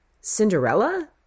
Cinderella